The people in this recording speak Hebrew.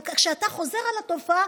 אבל כשחוזרת התופעה,